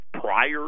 prior